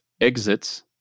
exits